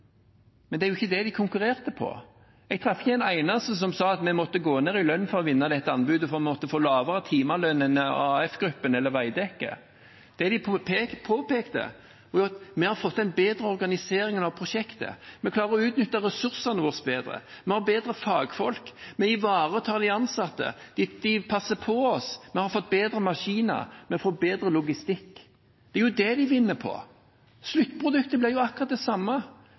Men det var ikke det de konkurrerte på. Jeg traff ikke en eneste som sa at de måtte gå ned i lønn for å vinne anbudet, at de måtte få lavere timelønn enn AF Gruppen eller Veidekke. Det de påpekte, var: Vi har fått en bedre organisering av prosjektet, vi klarer å utnytte ressursene våre bedre, vi har bedre fagfolk, vi ivaretar de ansatte, de passer på oss, vi har fått bedre maskiner, vi har fått bedre logistikk. Det er det de vinner på. Sluttproduktet blir akkurat det samme.